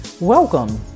Welcome